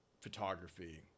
photography